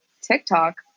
TikTok